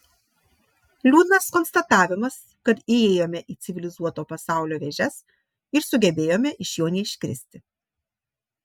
liūdnas konstatavimas kad įėjome į civilizuoto pasaulio vėžes ir sugebėjome iš jo neiškristi